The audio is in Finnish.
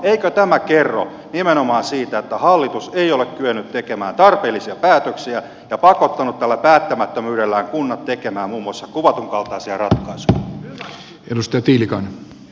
eikö tämä kerro nimenomaan siitä että hallitus ei ole kyennyt tekemään tarpeellisia päätöksiä ja on pakottanut tällä päättämättömyydellään kunnat tekemään muun muassa kuvatun kaltaisia ratkaisuja